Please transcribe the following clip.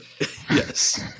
Yes